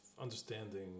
understanding